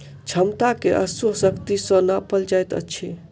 क्षमता के अश्व शक्ति सॅ नापल जाइत अछि